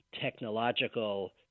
technological